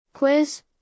Quiz